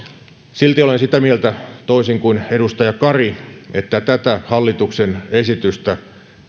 silti olen sitä mieltä toisin kuin edustaja kari että tätä hallituksen esitystä